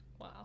Wow